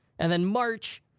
and then march,